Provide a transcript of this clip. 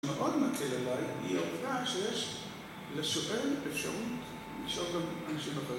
מאוד מקל עליי, היא העובדה שיש לשואל אפשרות לשאול גם אנשים אחרים